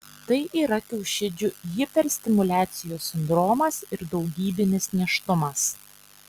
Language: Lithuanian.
tai yra kiaušidžių hiperstimuliacijos sindromas ir daugybinis nėštumas